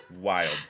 wild